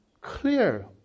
clear